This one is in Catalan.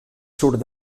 surt